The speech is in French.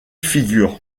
figure